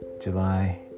July